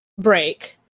break